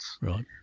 right